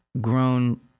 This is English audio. grown